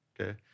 okay